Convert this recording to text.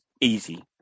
Easy